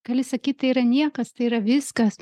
gali sakyt tai yra niekas tai yra viskas